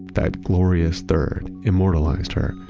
that glorious third, immortalized her,